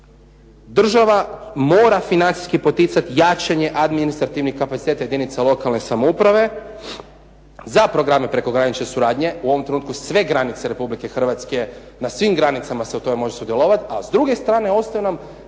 Država mora financijski poticati jačanje administrativnih kapaciteta jedinica lokalne samouprave za programe prekogranične suradnje. U ovom trenutku sve granice Republike Hrvatske, na svim granicama se u tome može sudjelovati. A s druge strane ostaju nam